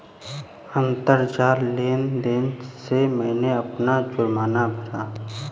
अंतरजाल लेन देन से मैंने अपना जुर्माना भरा